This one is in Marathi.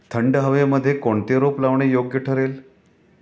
थंड हवेमध्ये कोणते रोप लावणे योग्य ठरेल?